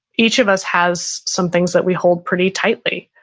each of us has some things that we hold pretty tightly,